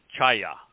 Chaya